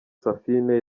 saphine